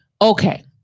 okay